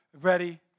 ready